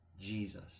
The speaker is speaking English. Jesus